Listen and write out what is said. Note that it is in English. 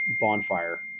bonfire